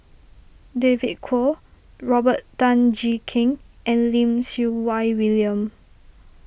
David Kwo Robert Tan Jee Keng and Lim Siew Wai William